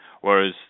whereas